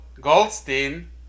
Goldstein